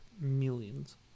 millions